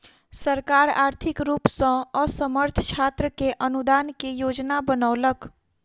सरकार आर्थिक रूप सॅ असमर्थ छात्र के अनुदान के योजना बनौलक